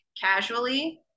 casually